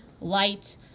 light